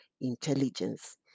intelligence